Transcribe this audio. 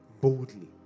boldly